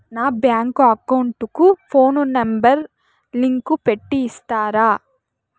మా bank account కు phone number link పెట్టి ఇస్తారా?